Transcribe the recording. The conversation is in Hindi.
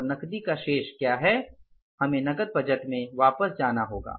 और नकदी का शेष क्या है हमें नकद बजट में वापस जाना होगा